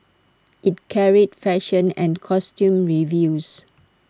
IT carried fashion and costume reviews